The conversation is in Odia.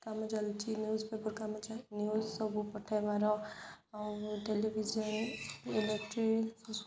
କାମ ଚାଲିଛି ନ୍ୟୁଜ୍ ପେପର କାମ ଚାଲିଛି ନ୍ୟୁଜ୍ ସବୁ ପଠେଇବାର ଆଉ ଟେଲିଭିଜନ ଇଲେକ୍ଟ୍ରିକ